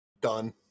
Done